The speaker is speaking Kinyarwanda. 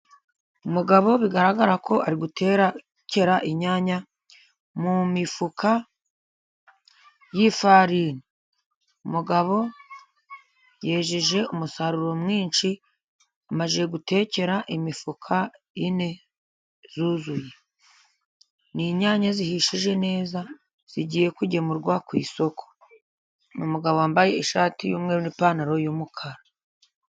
Umugabo bigaragara ko ari gutekera inyanya mu mifuka y'ifarini. Umugabo yejeje umusaruro mwinshi amaze gutekera imifuka ine yuzuye. Ni inyanya zihishije neza zigiye kugemurwa ku isoko. Ni umugabo wambaye ishati y'umweru n'ipantaro y'umukara.